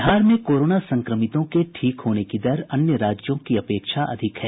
बिहार में कोरोना संक्रमितों के ठीक होने की दर अन्य राज्यों की अपेक्षा अधिक है